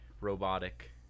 robotic